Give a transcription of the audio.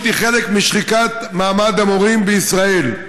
היא חלק משחיקת מעמד המורים בישראל.